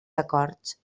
acords